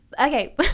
Okay